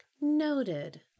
Noted